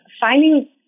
finding